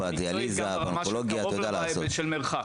בדיאליזה, באונקולוגיה אתה יודע לעשות.